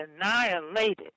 annihilated